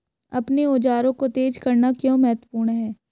अपने औजारों को तेज करना क्यों महत्वपूर्ण है?